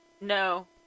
No